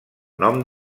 nom